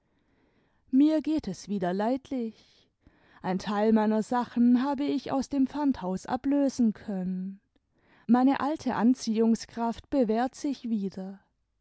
mir geht es wieder leidlich ein teil meiner sachen habe ich aus dem pfandhaus ablösen können meine alte anziehungskraft bewährt sich wieder